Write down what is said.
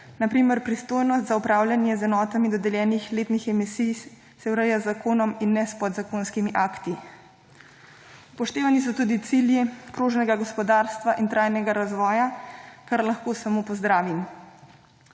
Na primer pristojnost za upravljanje z enotami dodeljenih letnih emisij se ureja z zakonom in ne s podzakonskimi akti. Upoštevani so tudi cilji krožnega gospodarstva in trajnega razvoja, kar lahko samo pozdravim.